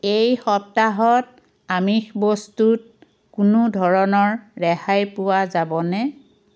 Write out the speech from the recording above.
এই সপ্তাহত আমিষ বস্তুত কোনো ধৰণৰ ৰেহাই পোৱা যাবনে